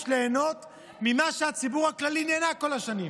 ליהנות ממה שהציבור הכללי נהנה ממנו כל השנים.